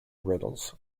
riddles